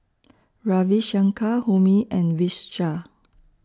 Ravi Shankar Homi and Vishal